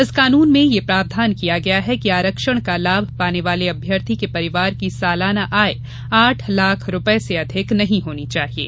इस कानून में यह प्रावधान किया गया है कि आरक्षण का लाभ पाने वाले अभ्यर्थी के परिवार की सालाना आय आठ लाख रूपये से अधिक नहीं होनी चाहिये